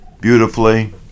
beautifully